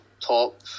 top